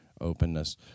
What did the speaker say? openness